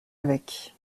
avec